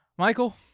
Michael